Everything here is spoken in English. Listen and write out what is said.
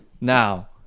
now